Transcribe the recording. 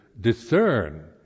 discern